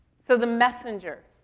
so the messenger.